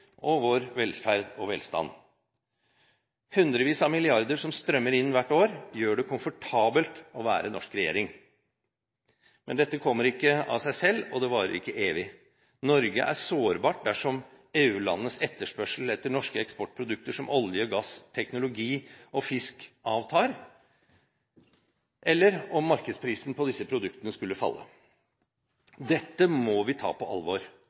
vår velferd og velstand. Hundrevis av milliarder som strømmer inn hvert år, gjør det komfortabelt å være norsk regjering. Men dette kommer ikke av seg selv, og det varer ikke evig. Norge er sårbart dersom EU-landenes etterspørsel etter norske eksportprodukter som olje, gass, teknologi og fisk avtar, eller om markedsprisen på disse produktene skulle falle. Dette må vi ta på alvor.